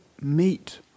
meet